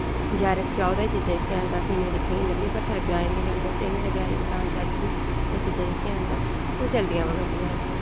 बजारे च जाओ ते चीजां जेह्कियां हैन तां असें इन्नियां दिक्खने निं लभदियां पर साढ़े ग्राएं दी गल्ल करचै इ'यां ते ग्रां च अज्ज बी ओह् चीजां जेह्कियां हैन तां ओ चलदियां आवै करदियां न